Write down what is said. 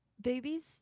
Babies